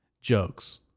jokes